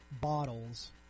Bottles